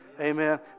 Amen